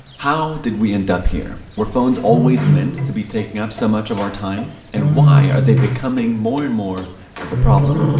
how did we end up here where phones always meant to be taking up so much of our time and why are they becoming? more and more to the problem.